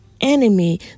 enemy